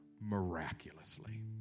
miraculously